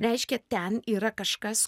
reiškia ten yra kažkas